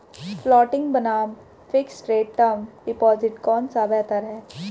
Floating बनाम fixed rate term deposit कौन सा बेहतर है?